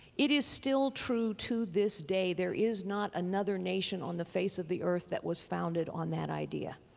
it is still true to this day there is not another nation on the face of the earth that was founded on that idea.